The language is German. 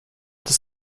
das